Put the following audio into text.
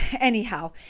anyhow